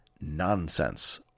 Nonsense